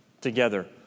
together